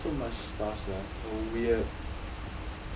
so much stuff sia so weird